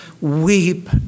weep